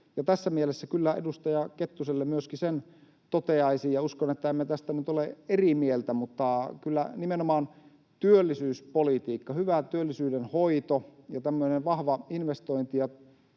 Tässä mielessä kyllä edustaja Kettuselle toteaisin myöskin sen — ja uskon, että emme tästä nyt ole eri mieltä — että kyllä nimenomaan työllisyyspolitiikka, hyvä työllisyyden hoito ja tämmöinen vahva investointi‑